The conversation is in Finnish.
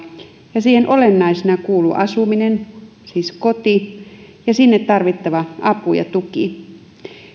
ja siihen olennaisena kuuluu asuminen siis koti ja sinne tarvittava apu ja tuki